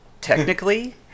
technically